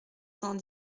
cent